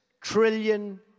trillion